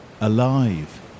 alive